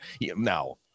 Now